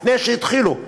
לפני שהתחילו,